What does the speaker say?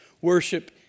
Worship